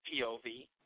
POV